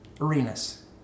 arenas